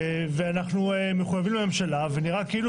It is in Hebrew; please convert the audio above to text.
אנחנו מחויבים לממשלה ונראה כאילו